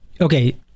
okay